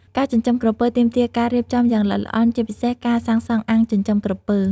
ការចិញ្ចឹមក្រពើទាមទារការរៀបចំយ៉ាងល្អិតល្អន់ ជាពិសេសការសាងសង់អាងចិញ្ចឹមក្រពើ។